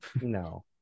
No